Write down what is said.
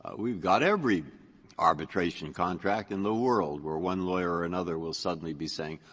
ah we've got every arbitration contract in the world where one lawyer or another will suddenly be saying,